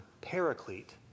paraclete